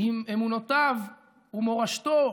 עם אמונותיו ומורשתו